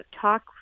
talk